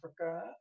Africa